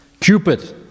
Cupid